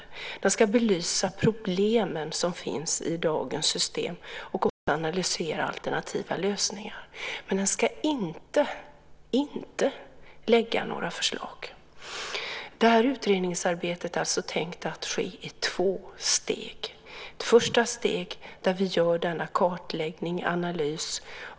Man ska belysa problemen som finns i dagens system och analysera alternativa lösningar. Man ska inte lägga fram några förslag. Det här utredningsarbetet är alltså tänkt att ske i två steg. I ett första steg gör vi denna kartläggning och analys.